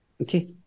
okay